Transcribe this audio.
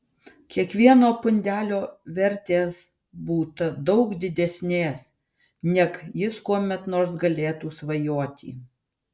kiekvieno pundelio vertės būta daug didesnės neg jis kuomet nors galėtų svajoti